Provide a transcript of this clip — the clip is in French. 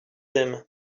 aiment